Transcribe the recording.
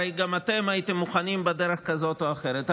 הרי גם אתם הייתם מוכנים בדרך כזאת או אחרת.